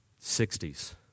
60s